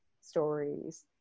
stories